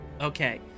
Okay